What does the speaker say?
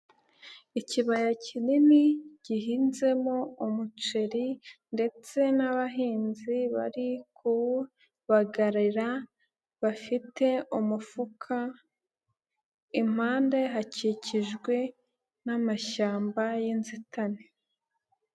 Ikibaya kinini gihinzemo umuceri ndetse n'abahinzi bari kuwubagarira bafite umufuka, impande hakikijwe n'amashyamba y'inzitane.